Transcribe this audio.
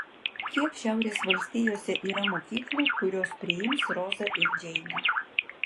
kiek šiaurės valstijose yra mokyklų kurios priims rozą ir džeinę